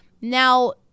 Now